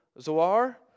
Zoar